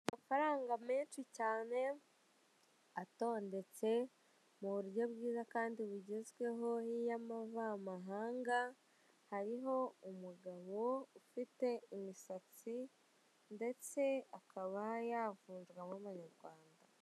Amafaranga menshi cyane atondetse m'uburyo bwiza kandi bugezweho y'amavamahanga, hariho umugabo ufite imisatsi ndetse akaba y'avunjwa n'abanyarwanda.